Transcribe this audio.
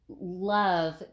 love